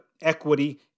equity